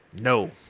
No